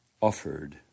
offered